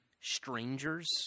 strangers